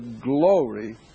glory